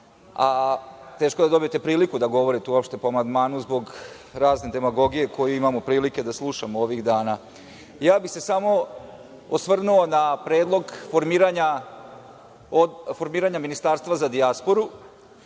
a teško je da dobijete priliku da govorite uopšte po amandmanu, zbog razne demagogije koje imamo prilike da slušamo ovih dana. Osvrnuo bih se samo na predlog formiranja ministarstva za dijasporu,